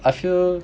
I feel